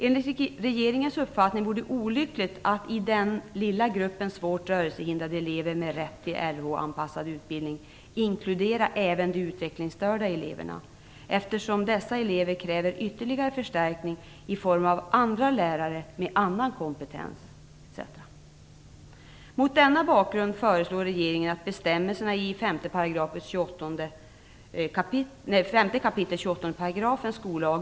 Enligt regeringens uppfattning vore det olyckligt att i den lilla gruppen svårt rörelsehindrade elever med rätt till Rh-anpassad utbildning inkludera även de utvecklingsstörda eleverna, eftersom dessa elever kräver ytterligare förstärkning i form av andra lärare med annan kompetens, etc.